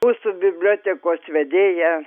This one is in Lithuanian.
mūsų bibliotekos vedėja